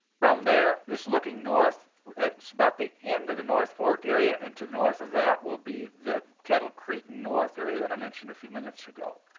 from there, this looking north at about the end of the north fork area and to the north of that will be the kettle creek north area that i mentioned a few minutes ago.